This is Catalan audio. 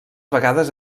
vegades